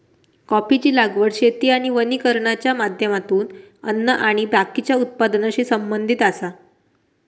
कॉफीची लागवड शेती आणि वानिकरणाच्या माध्यमातून अन्न आणि बाकीच्या उत्पादनाशी संबंधित आसा